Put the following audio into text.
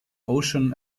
ocean